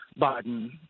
Biden